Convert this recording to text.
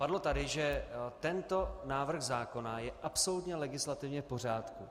Padlo tady, že tento návrh zákona je absolutně legislativně v pořádku.